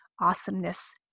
awesomeness